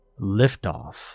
Liftoff